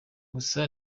gusa